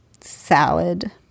salad